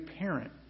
parent